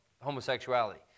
homosexuality